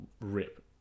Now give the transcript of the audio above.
rip